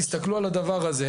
תסתכלו על הדבר הזה,